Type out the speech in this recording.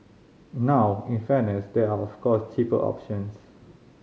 now in fairness there are of course cheaper options